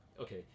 Okay